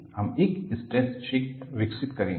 हम एक स्ट्रेस क्षेत्र विकसित करेंगे